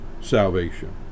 salvation